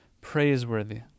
praiseworthy